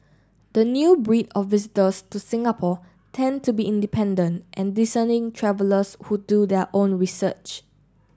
the new breed of visitors to Singapore tend to be independent and discerning travellers who do their own research